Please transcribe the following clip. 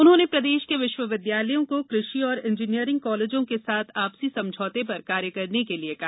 उन्होंने प्रदेश के विश्वविद्यालयों को कृषि एवं इंजीनियरिंग कॉलेजों के साथ आपसी समझौते पर कार्य करने के लिए कहा